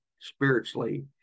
spiritually